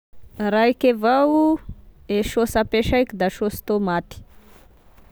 Raika avao e saosy apesaiko da saosy tômaty